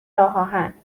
راهآهن